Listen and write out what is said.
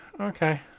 Okay